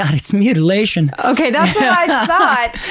and it's mutilation. okay, that's what i thought.